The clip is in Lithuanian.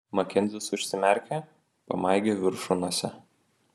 makenzis užsimerkė pamaigė viršunosę